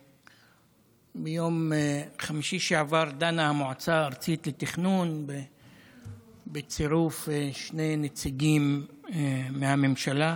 מיום חמישי שעבר דנה המועצה הארצית לתכנון בצירוף שני נציגים מהממשלה,